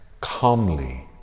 calmly